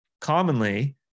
Commonly